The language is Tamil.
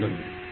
அதுபோல